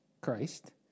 Christ